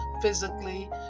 physically